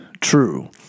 true